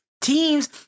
Teams